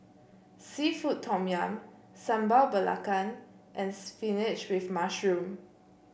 seafood Tom Yum Sambal Belacan and spinach with mushroom